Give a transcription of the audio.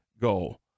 goal